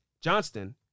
Johnston